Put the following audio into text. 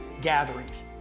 gatherings